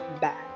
back